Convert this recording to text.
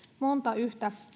monta yhtä